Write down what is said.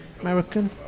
American